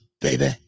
baby